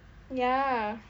ya